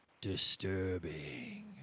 disturbing